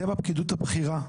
אתם הפקידות הבכירה,